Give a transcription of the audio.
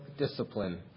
Discipline